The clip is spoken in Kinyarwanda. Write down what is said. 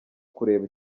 kureba